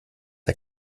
der